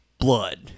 Blood